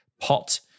pot